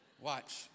Watch